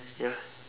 ya